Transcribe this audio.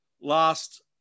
last